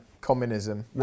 communism